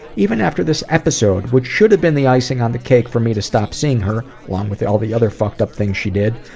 even after this episode, which should have been the icing on the cake for me to stop seeing her, along with all the other fucked-up things she did,